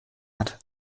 hat